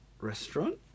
restaurant